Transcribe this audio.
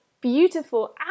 beautiful